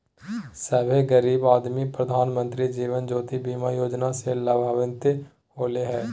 सभे गरीब आदमी प्रधानमंत्री जीवन ज्योति बीमा योजना से लाभान्वित होले हें